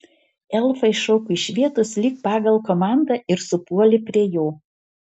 elfai šoko iš vietos lyg pagal komandą ir supuolė prie jo